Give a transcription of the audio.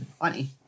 funny